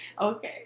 Okay